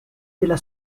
della